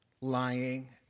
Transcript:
lying